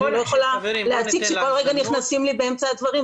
אני לא יכולה להציג כשכל רגע נכנסים לי באמצע הדברים.